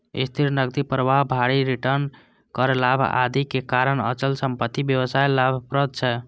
स्थिर नकदी प्रवाह, भारी रिटर्न, कर लाभ, आदिक कारण अचल संपत्ति व्यवसाय लाभप्रद छै